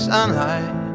Sunlight